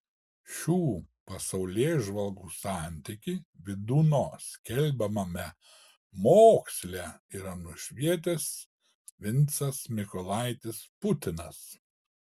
šių pasaulėžvalgų santykį vydūno skelbiamame moksle yra nušvietęs vincas mykolaitis putinas